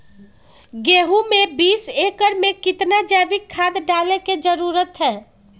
गेंहू में बीस एकर में कितना जैविक खाद डाले के जरूरत है?